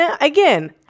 Again